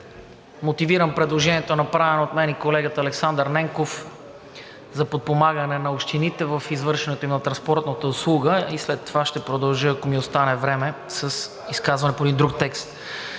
мотивирам предложението, направено от мен и колегата Александър Ненков, за подпомагане на общините в извършването им на транспортната услуга. След това ще продължа, ако ми остане време, с изказване по един друг текст.